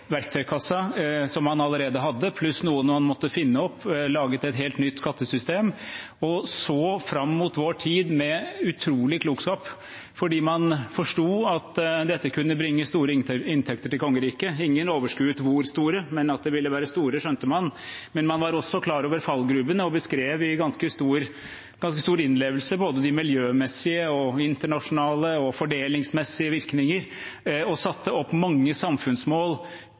verktøykassa som man allerede hadde, pluss noen man måtte finne opp, man laget et helt nytt skattesystem og så fram mot vår tid med utrolig klokskap, fordi man forsto at dette kunne bringe store inntekter til kongeriket. Ingen overskuet hvor store, men at de ville være store, skjønte man. Man var også klar over fallgruvene og beskrev med ganske stor innlevelse både de miljømessige, internasjonale og fordelingsmessige virkninger og satte opp mange samfunnsmål